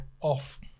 off